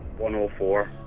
104